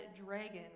dragon